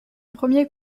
premier